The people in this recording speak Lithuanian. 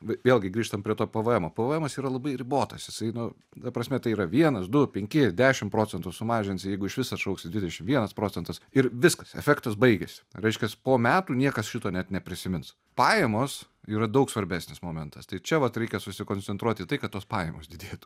vėlgi grįžtam prie to pvmo pvmas yra labai ribotas jisai nu ta prasme tai yra vienas du penki dešim procentų sumažins jeigu išvis atšauksi dvidešim vienas procentas ir viskas efektas baigiasi reiškias po metų niekas šito net neprisimins pajamos yra daug svarbesnis momentas tai čia vat reikia susikoncentruoti į tai kad tos pajamos didėtų